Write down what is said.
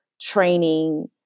training